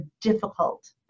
difficult